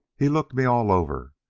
he looked me all over,